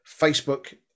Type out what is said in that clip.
Facebook